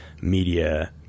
media